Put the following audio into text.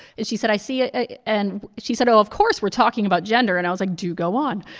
and she said, i see ah and she said, oh, of course we're talking about gender. and i was like, do go on.